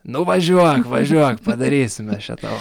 nu važiuok važiuok padarysim mes čia tau